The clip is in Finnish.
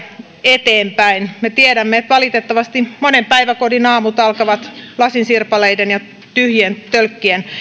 eteenpäin me tiedämme että valitettavasti monen päiväkodin aamut alkavat lasinsirpaleiden ja tyhjien tölkkien